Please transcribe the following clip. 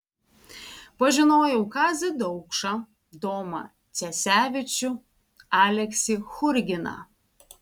pažinojau kazį daukšą domą cesevičių aleksį churginą